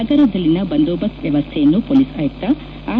ನಗರದಲ್ಲಿನ ಬಂದೋಬಸ್ತ್ ವ್ಯವಸ್ಥೆಯನ್ನು ಪೋಲಿಸ್ ಆಯುಕ್ತ ಆರ್